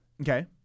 Okay